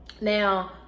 now